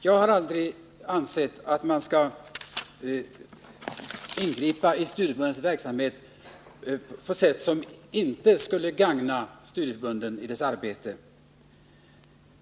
Jag har heller aldrig ansett att man skall ingripa i studieförbundens verksamhet på ett sätt som inte gagnar dem i deras arbete.